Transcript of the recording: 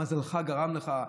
מזלך גרם לך,